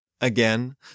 Again